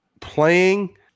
playing